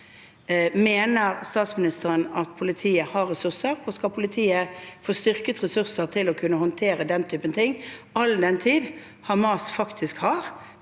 Mener statsministeren at politiet har ressurser? Skal politiet få styrket ressursene til å kunne håndtere den typen ting, all den tid Hamas faktisk har